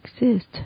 exist